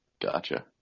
Gotcha